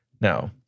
Now